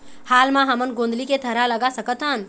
हाल मा हमन गोंदली के थरहा लगा सकतहन?